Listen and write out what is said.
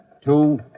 Two